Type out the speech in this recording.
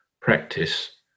practice